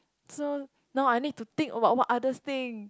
so now I think about what others think